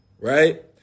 Right